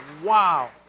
Wow